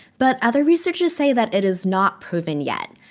but other researchers say that it is not proven yet.